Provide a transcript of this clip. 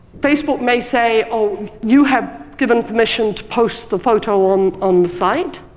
facebook may say you have given permission to post the photo on on the site,